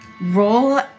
Roll